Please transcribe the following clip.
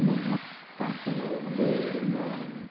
இல்லைன்னால் தார் சாலை வந்து ரொம்ப